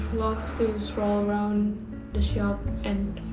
to stroll around the shop and